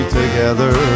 together